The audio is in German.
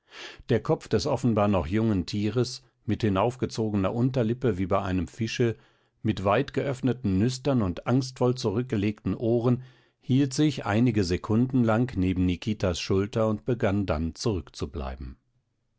der kopf des offenbar noch jungen tieres mit hinaufgezogener unterlippe wie bei einem fische mit weit geöffneten nüstern und angstvoll zurückgelegten ohren hielt sich einige sekunden lang neben nikitas schulter und begann dann zurückzubleiben